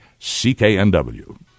CKNW